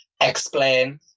explain